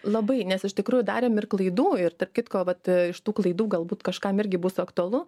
labai nes iš tikrųjų darėm ir klaidų ir tarp kitko vat iš tų klaidų galbūt kažkam irgi bus aktualu